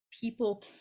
people